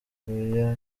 areruya